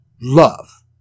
love